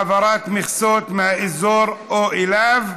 (העברת מכסות מהאזור או אליו),